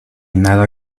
nada